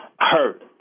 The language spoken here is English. hurt